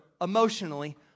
emotionally